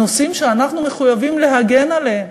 מחויבים להגן עליהם,